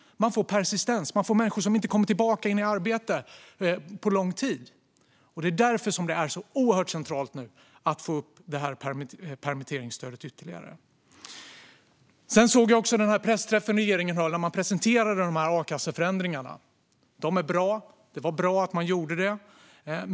Man får persistens, och man får människor som inte kommer tillbaka in i arbete på lång tid. Det är därför det är så oerhört centralt nu att få upp permitteringsstödet ytterligare. Jag såg den pressträff som regeringen höll, där man presenterade akasseförändringarna. Dessa är bra - det var bra att man gjorde dem.